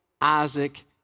Isaac